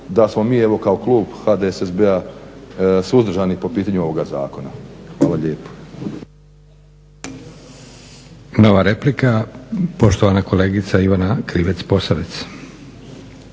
da smo mi kao klub HDSSB-a suzdržani po pitanju ovoga zakona. Hvala lijepo.